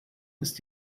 ist